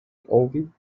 open